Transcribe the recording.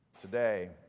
today